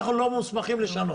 אנחנו לא מוסמכים לשנות.